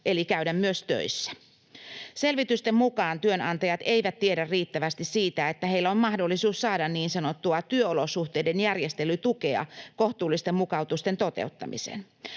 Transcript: eli käydä myös töissä. Selvitysten mukaan työnantajat eivät tiedä riittävästi siitä, että heillä on mahdollisuus saada niin sanottua työolosuhteiden järjestelytukea kohtuullisten mukautusten toteuttamiseen.